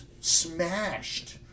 smashed